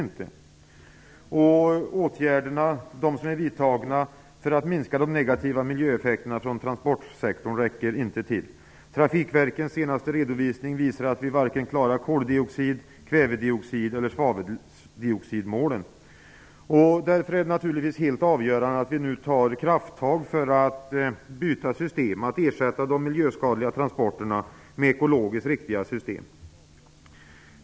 De åtgärder som vidtagits för att minska de negativa miljöeffekterna från transportsektorn räcker inte till. Trafikverkens senaste redovisning pekar på att vi inte klarar vare sig koldioxid-, kväveoxid eller svaveldioxidmålen. Därför är det helt avgörande att vi nu tar krafttag för att byta system och ersätta de miljöskadliga transporterna med ekologiskt riktiga system.